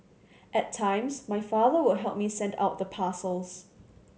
at times my father would help me send out the parcels